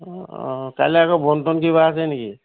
অঁ কাইলৈ আকৌ বন্ধ চন্ধ কিবা আছে নেকি